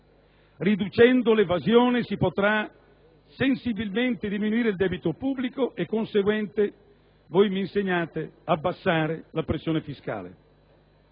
Riducendo l'evasione, si potrà sensibilmente diminuire il debito pubblico e conseguentemente, voi mi insegnate, abbassare la pressione fiscale.